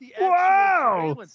Wow